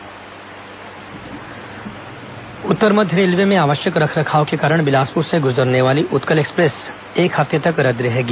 train रद्द उत्तर मध्य रेलवे में आवश्यक रखरखाव के कारण बिलासपुर से गुजरने वाली उत्कल एक्सप्रेस एक हफ्ते तक रद्द रहेंगी